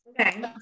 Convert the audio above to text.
Okay